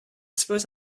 suppose